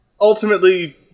Ultimately